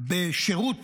בשירות